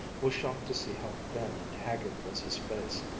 was shocked to see how thin and haggard was his face.